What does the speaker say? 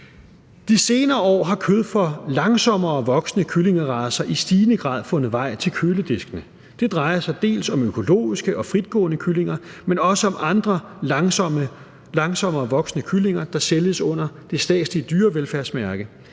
De senere år har kød fra langsommerevoksende kyllingeracer i stigende grad fundet vej til kølediskene. Det drejer sig om økologiske og fritgående kyllinger, men også om andre langsommerevoksende kyllinger, der sælges under det statslige dyrevelfærdsmærke.